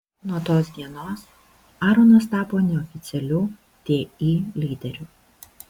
nuo tos dienos aronas tapo neoficialiu ti lyderiu